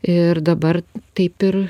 ir dabar taip ir